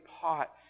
pot